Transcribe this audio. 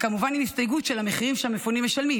כמובן עם ההסתייגות של המחירים שהמפונים משלמים,